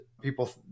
people